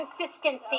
consistency